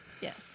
Yes